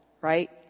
right